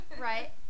Right